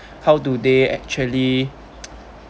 how do they actually